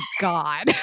God